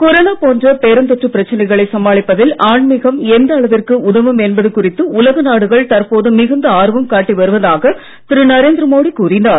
corona போன்ற பெருந்தொற்று பிரச்சனைகளை சமாளிப்பதில் ஆன்மீகம் எந்த அளவிற்கு உதவும் என்பது குறித்து உலக நாடுகள் தற்போது மிகுந்த ஆர்வம் காட்டி வருவதாக திருநரேந்திர மோடி கூறினார்